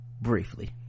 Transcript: Briefly